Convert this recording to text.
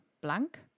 blank